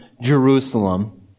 Jerusalem